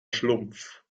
schlumpf